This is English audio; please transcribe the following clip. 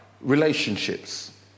relationships